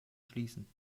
schließen